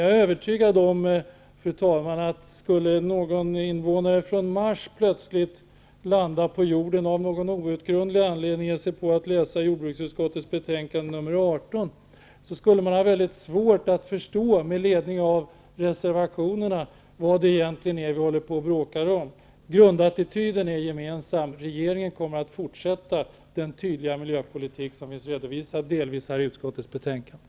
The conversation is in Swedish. Jag är övertygad om att om någon invånare från Mars plötsligt skulle landa på jorden och av någon outgrundlig anledning ge sig på att läsa jordbruksutskottets betänkande nr 18, skulle denne med ledning av reservationerna ha svårt att förstå vad det egentligen är vi bråkar om. Grundattityden är gemensam. Regeringen kommer att fortsätta den tydliga miljöpolitik som delvis redovisas i utskottets betänkande.